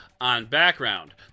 on-background